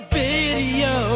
video